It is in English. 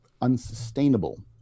unsustainable